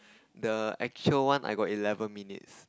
the actual one I got eleven minutes